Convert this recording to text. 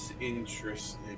interesting